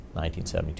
1972